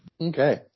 Okay